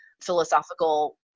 philosophical